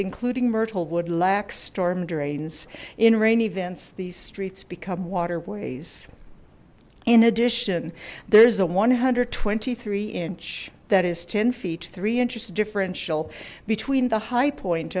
including myrtle would lack storm drains in rain events these streets become waterways in addition there's a one hundred and twenty three inch that is ten feet three inches differential between the high point